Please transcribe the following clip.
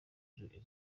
muri